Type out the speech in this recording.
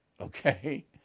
okay